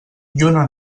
lluna